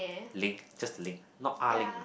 Ling just Ling not Ah-Ling